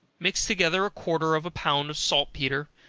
mix together a quarter of a pound of saltpetre,